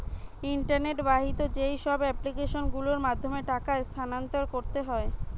internet বাহিত যেইসব application গুলোর মাধ্যমে টাকা স্থানান্তর করতে হয়